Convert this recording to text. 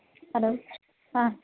hello ആ